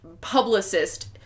publicist